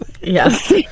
Yes